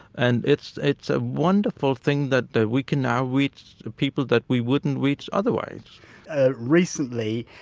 and it's it's a wonderful thing that that we can now reach people that we wouldn't reach otherwise ah recently,